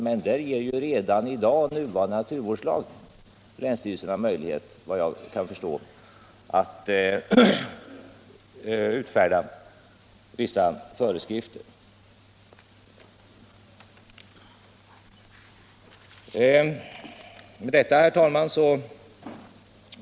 Men redan i dag ger nuvarande naturvårdslag, såvitt jag förstår, länsstyrelserna möjlighet att utfärda vissa föreskrifter. Herr talman!